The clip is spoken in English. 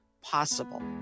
possible